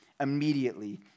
Immediately